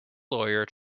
lawyer